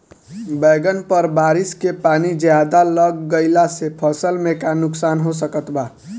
बैंगन पर बारिश के पानी ज्यादा लग गईला से फसल में का नुकसान हो सकत बा?